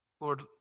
Lord